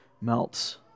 melts